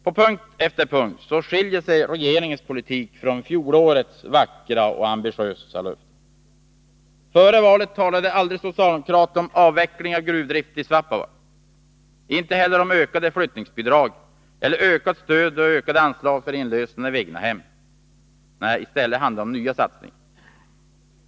På punkt efter punkt skiljer sig regeringens politik från fjolårets vackra och ambitiösa löften. Före valet talade socialdemokraterna inte om avveckling av gruvdriften i Svappavaara-—inte heller om höjda flyttningsbidrag eller om ökade anslag för inlösen av egnahem. I stället handlade det om nya satsningar.